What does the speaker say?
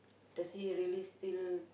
does he really still